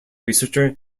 researcher